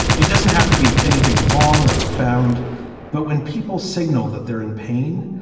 it doesn't have to be anything long or profound but when people signal that they're in pain,